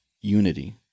unity